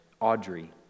Audrey